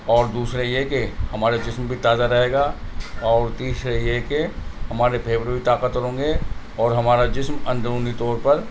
اور دوسرے یہ کہ ہمارے جسم بھی تازہ رہے گا اور تیسرے یہ کہ ہمارے پھیپھڑے بھی طاقت ور ہوں گے اور ہمارا جسم اندرونی طور پر